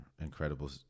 incredible